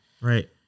right